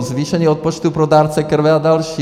Zvýšení odpočtu pro dárce krve a další.